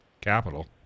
capital